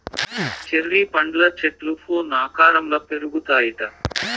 cherry పండ్ల చెట్లు fan ఆకారంల పెరుగుతాయిట